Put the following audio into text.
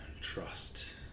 trust